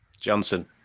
Johnson